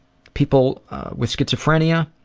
people with schizophrenia